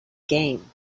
game